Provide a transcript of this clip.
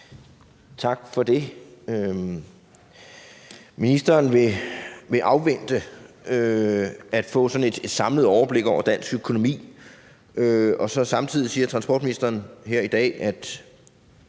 Andersen (V): Ministeren vil afvente at få sådan et samlet overblik over dansk økonomi. Samtidig siger transportministeren her i dag, at